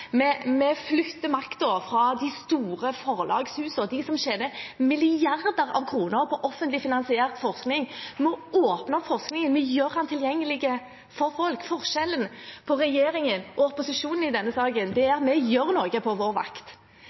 Vi flytter makten fra de store forlagshusene, de som tjener milliarder av kroner på offentlig finansiert forskning. Vi åpner forskningen, vi gjør den tilgjengelig for folk. Forskjellen på regjeringen og opposisjonen i denne saken er at vi gjør noe på vår vakt.